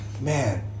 Man